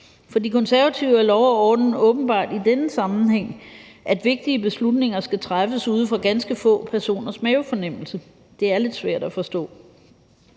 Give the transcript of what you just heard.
For De Konservative betyder lov og orden åbenbart i denne sammenhæng, at vigtige beslutninger skal træffes ud fra ganske få personers mavefornemmelse. Det er lidt svært at forstå.